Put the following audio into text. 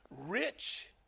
Rich